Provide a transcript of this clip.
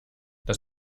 das